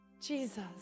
Jesus